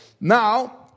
Now